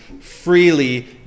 freely